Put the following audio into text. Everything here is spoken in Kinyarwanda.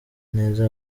neza